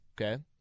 Okay